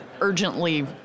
urgently